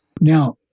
Now